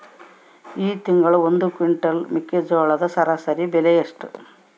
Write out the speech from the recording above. ಈ ತಿಂಗಳ ಒಂದು ಕ್ವಿಂಟಾಲ್ ಮೆಕ್ಕೆಜೋಳದ ಸರಾಸರಿ ಬೆಲೆ ಎಷ್ಟು?